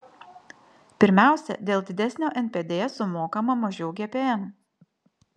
pirmiausia dėl didesnio npd sumokama mažiau gpm